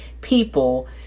people